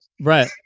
Right